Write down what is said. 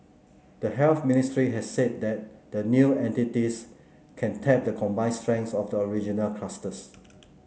the Health Ministry has said that the new entities can tap the combined strengths of the original clusters